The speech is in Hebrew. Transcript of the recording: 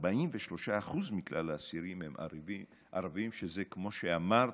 43% מכלל האסירים הם ערבים, שזה כמו שאמרת,